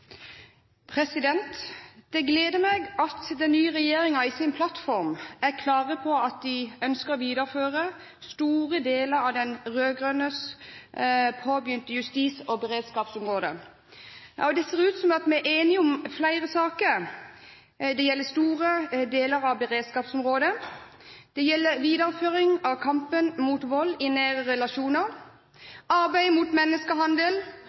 på at den ønsker å videreføre store deler av de rød-grønnes påbegynte arbeid på justis- og beredskapsområde. Det ser ut til at vi er enige om flere saker: Det gjelder store deler av beredskapsområdet, det gjelder videreføring av kampen mot vold i nære relasjoner, det gjelder arbeidet mot menneskehandel,